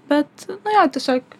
bet nuo jo tiesiog